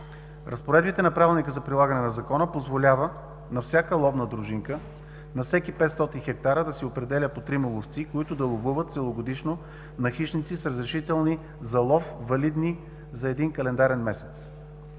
Разпоредбите на Правилника за прилагане на Закона, позволява на всяка ловна дружинка на всеки 500 хектара да се определят по трима ловци, които да ловуват целогодишно на хищници с разрешителни за лов, валидни за един календарен месец.